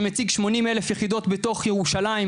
שמציג 80 אלף יחידות בתוך ירושלים,